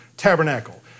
Tabernacle